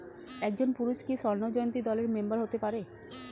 একজন পুরুষ কি স্বর্ণ জয়ন্তী দলের মেম্বার হতে পারে?